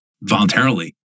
Voluntarily